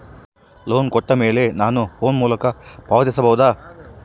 Loan ಕೊಟ್ಟ ಮೇಲೆ ನಾನು ಫೋನ್ ಮೂಲಕ ಪಾವತಿಸಬಹುದಾ?